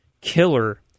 killer